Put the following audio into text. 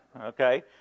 okay